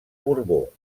borbó